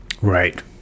Right